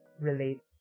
relate